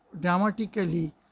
dramatically